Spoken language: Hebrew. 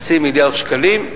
חצי מיליארד שקלים,